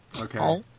Okay